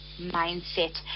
mindset